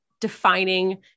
defining